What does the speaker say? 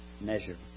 measure